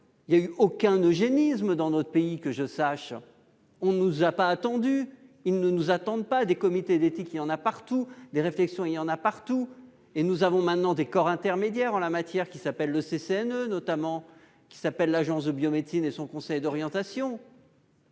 Il n'y a eu aucun eugénisme dans notre pays, que je sache ! On ne nous a pas attendus. Ils ne nous attendent pas. Des comités d'éthique, il y en a partout ; des réflexions, il y en a partout. Nous avons maintenant des corps intermédiaires en la matière, notamment le CCNE et l'Agence de la biomédecine, avec son conseil d'orientation.